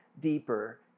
deeper